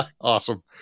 awesome